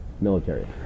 military